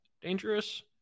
dangerous